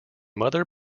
mother